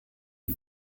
die